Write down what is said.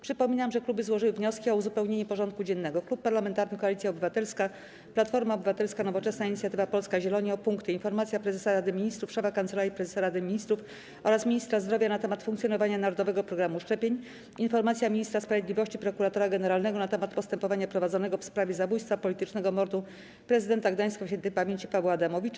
Przypominam, że kluby złożyły wnioski o uzupełnienie porządku dziennego: - Klub Parlamentarny Koalicja Obywatelska - Platforma Obywatelska, Nowoczesna, Inicjatywa Polska, Zieloni o punkty: - Informacja Prezesa Rady Ministrów, Szefa Kancelarii Prezesa Rady Ministrów oraz Ministra Zdrowia na temat funkcjonowania Narodowego Programu Szczepień, - Informacja Ministra Sprawiedliwości, Prokuratora Generalnego na temat postępowania prowadzonego w sprawie zabójstwa, politycznego mordu Prezydenta Gdańska śp. Pawła Adamowicza,